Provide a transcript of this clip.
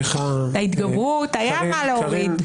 את ההתגברות היה מה להוריד.